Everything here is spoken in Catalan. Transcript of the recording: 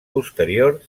posterior